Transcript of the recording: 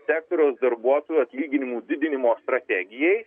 sektoriaus darbuotojų atlyginimų didinimo strategijai